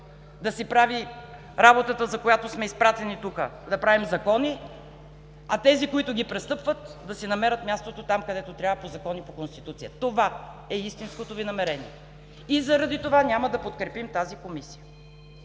да върши работата, за която сме изпратени тук – да правим закони, а тези, които ги престъпват, да си намерят мястото там, където трябва по закон и по Конституция. Това е истинското Ви намерение и затова няма да подкрепим тази Комисия.